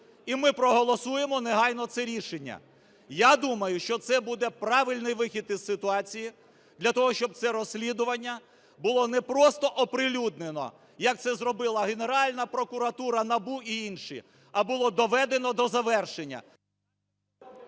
і ми проголосуємо негайно це рішення. Я думаю, що це буде правильний вихід із ситуації, для того щоб це розслідування було не просто оприлюднено, як це зробила Генеральна прокуратура, НАБУ і інші, а було доведено до завершення.